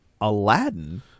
Aladdin